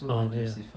ah ya